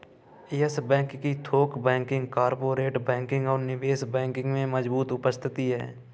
yes Bank की थोक banking, corporate banking और निवेश बैंकिंग में मजबूत उपस्थिति है